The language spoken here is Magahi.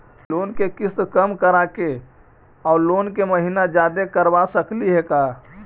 लोन के किस्त कम कराके औ लोन के महिना जादे करबा सकली हे का?